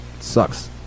sucks